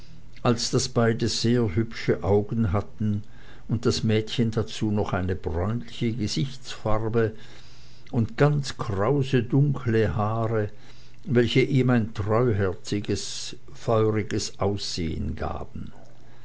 als daß beide sehr hübsche augen hatten und das mädchen dazu noch eine bräunliche gesichtsfarbe und ganz krause dunkle haare welche ihm ein feuriges und treuherziges ansehen gaben